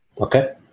Okay